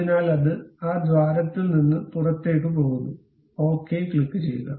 അതിനാൽ അത് ആ ദ്വാരത്തിൽ നിന്ന് പുറത്തേക്ക് പോകുന്നു ഓക്കേ ക്ലിക്കുചെയ്യുക